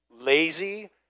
lazy